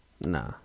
Nah